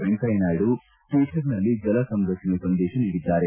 ವೆಂಕಯ್ಕನಾಯ್ಡು ಟ್ವಿಟರ್ನಲ್ಲಿ ಜಲ ಸಂರಕ್ಷಣೆ ಸಂದೇಶ ನೀಡಿದ್ದಾರೆ